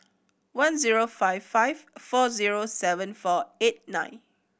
one zero five five four zero seven four eight nine